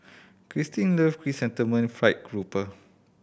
Kristyn love Chrysanthemum Fried Grouper